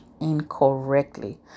incorrectly